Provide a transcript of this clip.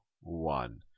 one